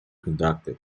conducted